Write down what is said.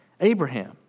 Abraham